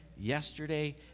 yesterday